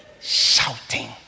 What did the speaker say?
Shouting